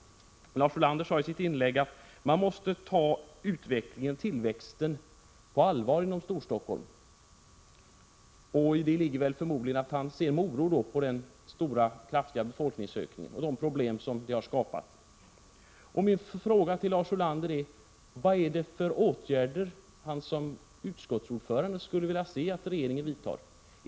Lars Ulander sade i sitt inlägg att man måste ta tillväxten inom Storstockholm på allvar. I det ligger förmodligen att han ser med oro på den kraftiga befolkningsökningen och de problem den har skapat. Min fråga till Lars Ulander är: Vad är det för åtgärder han som utskottsordförande skulle vilja se att regeringen vidtar?